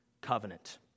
Covenant